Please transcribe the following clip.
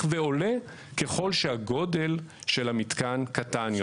ועולה ככל שהגודל של המתקן קטן יותר.